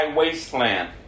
wasteland